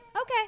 okay